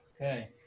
okay